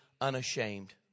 unashamed